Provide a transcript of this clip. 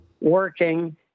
working